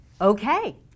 okay